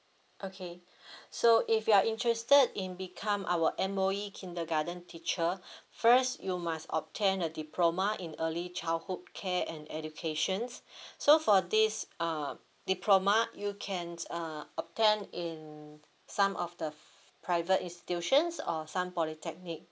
okay so if you are interested in become our M_O_E kindergarten teacher first you must obtain a diploma in early childhood care and educations so for this uh diploma you can just uh obtain in some of the private institutions or some polytechnic